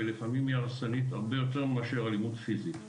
ולפעמים היא הרסנית הרבה יותר מאשר אלימות פיזית.